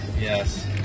yes